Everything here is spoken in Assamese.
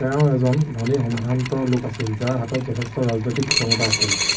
তেওঁ এজন ধনী সম্ভ্ৰান্ত লোক আছিল যাৰ হাতত যথেষ্ট ৰাজনৈতিক ক্ষমতা আছিল